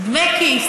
דמי כיס.